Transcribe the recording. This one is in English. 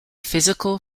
physical